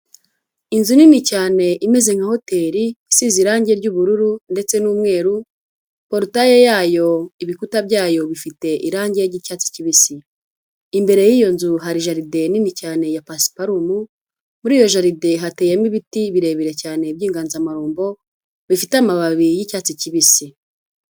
Inzu nini cyane imeze nka hoteri isize irangi ry'ubururu ndetse n'umweru, porotaye yayo ibikuta byayo bifite irangi ry'icyatsi kibisi. Imbere y'iyo nzu hari jaride nini cyane ya pasuparumu, muri iyo jaride hateyemo ibiti birebire cyane by'inganzamarumbo bifite amababi y'icyatsi kibisi.